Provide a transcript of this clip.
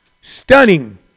Stunning